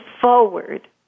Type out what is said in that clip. forward